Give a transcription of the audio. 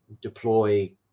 deploy